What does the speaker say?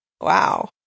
wow